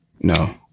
no